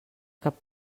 cap